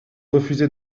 refusez